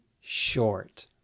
short